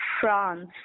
France